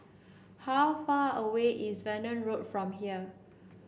how far away is Verdun Road from here